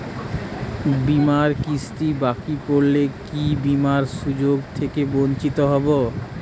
বিমার কিস্তি বাকি পড়লে কি বিমার সুযোগ থেকে বঞ্চিত হবো?